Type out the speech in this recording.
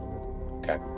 Okay